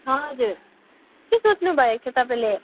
हजुर के सोच्नु भएको छ तपाईँले